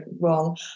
wrong